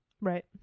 right